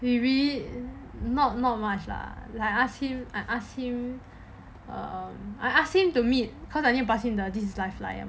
we really not not much lah like I ask him I ask him err I ask him to meet because I need to pass him the